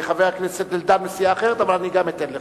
וחבר הכנסת אלדד מסיעה אחרת, אבל אני גם אתן לך.